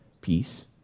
peace